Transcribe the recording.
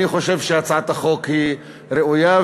אני חושב שהצעת החוק היא ראויה,